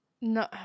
No